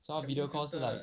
so 她 video call 是 like